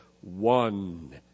one